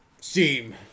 Steam